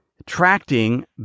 attracting